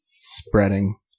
spreading